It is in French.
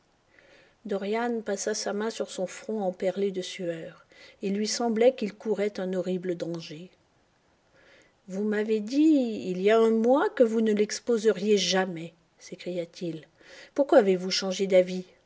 dorian passa sa main sur son front emperlé de sueur il lui semblait qu'il courait un horrible danger vous m'avez dit il y a un mois que vous ne l'exposeriez jamais s'écria-t-il pourquoi avez-vous changé d'avis